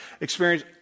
experience